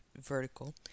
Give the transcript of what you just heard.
vertical